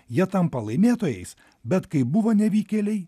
jie tampa laimėtojais bet kaip buvo nevykėliai